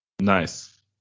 nice